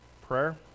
Prayer